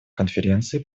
конференции